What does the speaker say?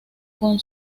con